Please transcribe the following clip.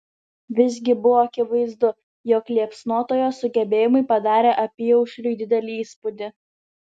visgi buvo akivaizdu jog liepsnotojo sugebėjimai padarė apyaušriui didelį įspūdį